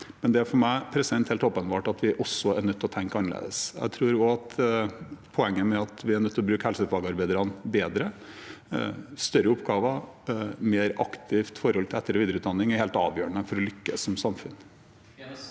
det er for meg helt åpenbart at vi også er nødt til å tenke annerledes. Jeg tror poenget med at vi er nødt til å bruke helsefagarbeiderne bedre – større oppgaver, et mer aktivt forhold til etter- og videreutdanning – er helt avgjørende for å lykkes som samfunn.